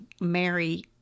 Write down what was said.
Mary